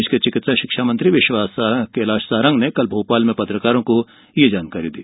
प्रदेश के चिकित्सा शिक्षा मंत्री विश्वास कैलाश सारंग ने कल भोपाल में पत्रकारों को यह जानकारी दी